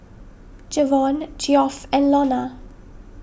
Jevon Geoff and Lonna